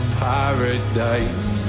paradise